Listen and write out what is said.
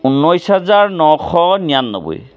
ঊনৈছ হাজাৰ নশ নিৰান্নব্বৈ